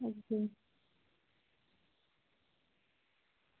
अच्छा